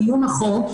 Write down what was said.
קיום החוק,